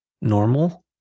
normal